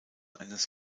eines